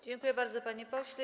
Dziękuję bardzo, panie pośle.